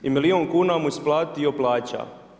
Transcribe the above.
I milijun kuna mu isplatio plaća.